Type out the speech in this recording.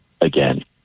again